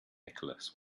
nicholas